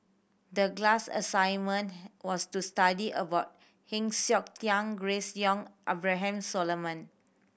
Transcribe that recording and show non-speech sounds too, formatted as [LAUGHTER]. the class assignment [UNINTELLIGIBLE] was to study about Heng Siok Tian Grace Young Abraham Solomon